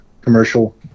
commercial